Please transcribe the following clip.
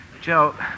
Joe